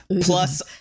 plus